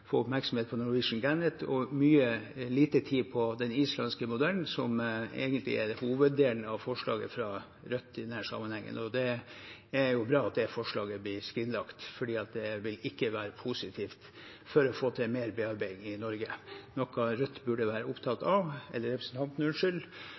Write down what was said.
få oppmerksomhet på «Norwegian Gannet», og lite tid på den islandske modellen, som egentlig er hoveddelen av forslaget fra Rødt i denne sammenhengen. Det er bra at det forslaget blir skrinlagt, for det vil ikke være positivt for å få til mer bearbeiding i Norge, noe representanten fra Rødt burde være opptatt